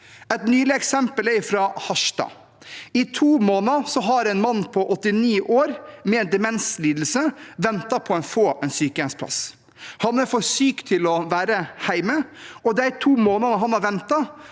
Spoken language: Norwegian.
Et nylig eksempel er fra Harstad. I to måneder har en mann på 89 år med en demenslidelse ventet på å få en sykehjemsplass. Han er for syk til å være hjemme, og de to månedene han har ventet,